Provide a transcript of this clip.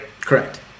correct